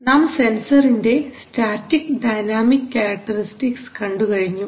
നാം സെൻസർസിന്റെ static dynamic characteristics static dynamic characteristics കണ്ടു കഴിഞ്ഞു